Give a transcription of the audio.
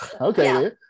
Okay